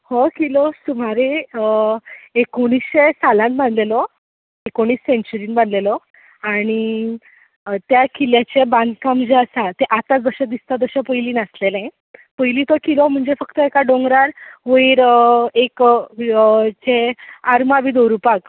हो किलो सुमारे एकोणीशे सालान बानलेलो एकोणीस सेंच्युरीन बानलेलो आनी त्या किल्ल्याचें बांदकाम जें आसा जें आतां जशें दिसता तशें पयनीं नासलेलें पयलीं तो किलो म्हणजे फक्त एका दोंगरार वयर एक जें आर्मां बी दवरुपाक